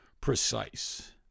precise